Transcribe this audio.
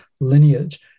lineage